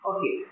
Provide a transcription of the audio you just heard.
Okay